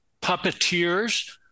puppeteers